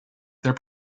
their